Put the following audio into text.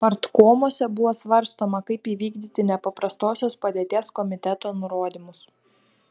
partkomuose buvo svarstoma kaip įvykdyti nepaprastosios padėties komiteto nurodymus